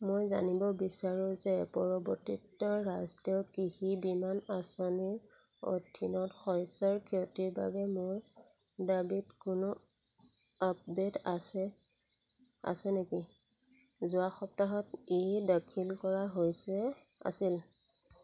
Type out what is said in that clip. মই জানিব বিচাৰোঁ যে পৰিৱৰ্তিত ৰাষ্ট্ৰীয় কৃষি বীমা আঁচনিৰ অধীনত শস্যৰ ক্ষতিৰ বাবে মোৰ দাবীত কোনো আপডে'ট আছে আছে নেকি যোৱা সপ্তাহত ই দাখিল কৰা হৈছে আছিল